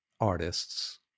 artists